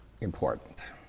important